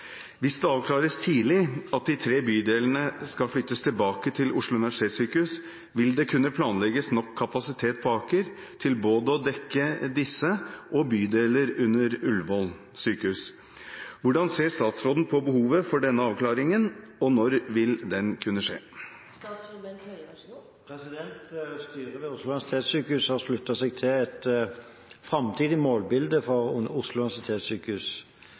Hvis det avklares tidlig at de tre bydelene flyttes tilbake til OUS, vil det kunne planlegges nok kapasitet på Aker til både å dekke disse og bydeler under Ullevål. Hvordan ser statsråden på behovet for denne avklaringen, og når vil den skje?» Styret ved Oslo universitetssykehus har sluttet seg til et framtidig målbilde for